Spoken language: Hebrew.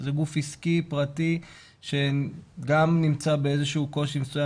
שזה גוף עסקי פרטי שגם נמצא באיזשהו קושי מסוים.